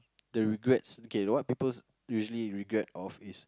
the regrets K what people usually regret of is